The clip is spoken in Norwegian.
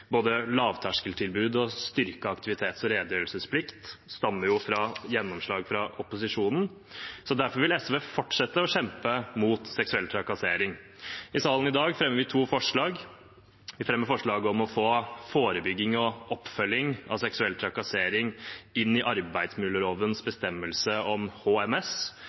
Både lavterskeltilbud og styrket aktivitets- og redegjørelsesplikt stammer jo fra gjennomslag for opposisjonen. Derfor vil SV fortsette å kjempe mot seksuell trakassering. I salen i dag fremmer vi to forslag om det. Vi fremmer forslag om å få forebygging og oppfølging av seksuell trakassering inn i arbeidsmiljølovens bestemmelse om HMS,